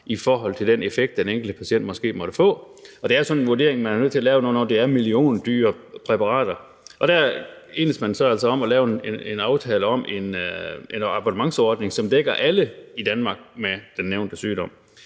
og om den enkelte patient kan have gavn af præparatet. Det er sådan en vurdering, man er nødt til at lave, når det er milliondyre præparater, men der enedes man altså om at lave en aftale om en abonnementsordning, som dækker alle i Danmark med den nævnte sygdom.